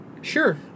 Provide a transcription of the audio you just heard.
Sure